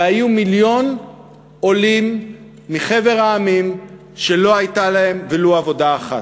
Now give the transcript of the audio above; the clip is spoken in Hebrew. והיו מיליון עולים מחבר המדינות שלא הייתה להם ולו עבודה אחת.